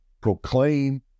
proclaim